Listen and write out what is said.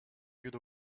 good